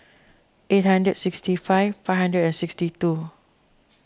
eight hundred sixty five five hundred and sixty two